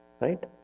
Right